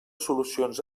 solucions